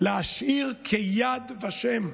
להשאיר כ"יד ושם"